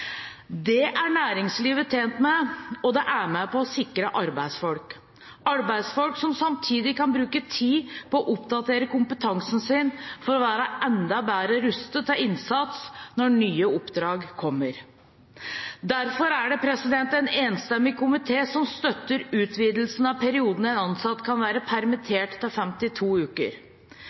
Det er næringslivet tjent med, og det er med på å sikre arbeidsfolk – arbeidsfolk som samtidig kan bruke tid på å oppdatere kompetansen sin for å være enda bedre rustet til innsats når nye oppdrag kommer. Derfor er det en enstemmig komité som støtter utvidelsen av perioden en ansatt kan være permittert, til 52 uker.